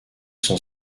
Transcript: son